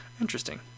interesting